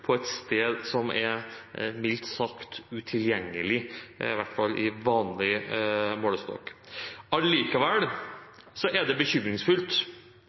på et sted som er mildt sagt utilgjengelig, i hvert fall i vanlig målestokk. Likevel er det bekymringsfullt